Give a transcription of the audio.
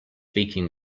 speaking